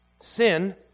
sin